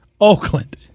Oakland